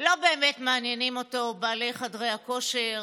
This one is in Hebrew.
לא באמת מעניינים אותו בעלי חדרי הכושר